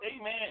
amen